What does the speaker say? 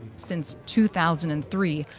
since two thousand and three,